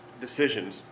decisions